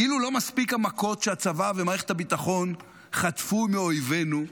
כאילו לא מספיקות המכות שהצבא ומערכת הביטחון חטפו מאויבינו,